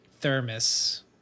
thermos